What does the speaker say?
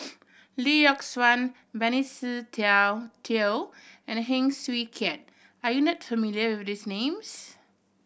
Lee Yock Suan Benny Se Teo and Heng Swee Keat are you not familiar with these names